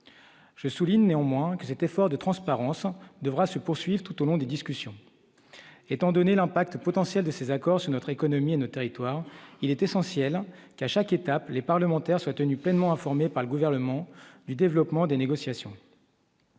je souligne néanmoins que cette effort de transparence devra se poursuivent tout au long des discussions étant donné l'impact potentiel de ces accords sur notre économie et ne territoire il est essentiel qu'à chaque étape, les parlementaires soient tenus pleinement informés par le gouvernement du développement des négociations.